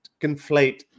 conflate